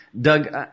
Doug